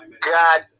God